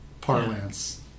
parlance